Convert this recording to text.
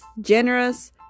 Generous